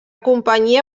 companyia